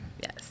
Yes